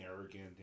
arrogant